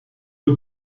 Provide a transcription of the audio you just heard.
بود